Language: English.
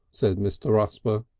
said mr. rusper.